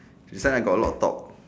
this one I got a lot talk